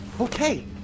Okay